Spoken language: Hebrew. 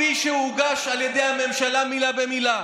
אז אני שמח לקרוע את המסכה של כחול לבן מעל הבמה הזאת במליאה.